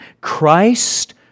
Christ